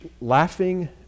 Laughing